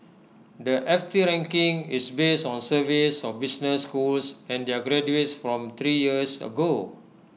the F T ranking is based on surveys of business schools and their graduates from three years ago